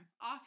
Off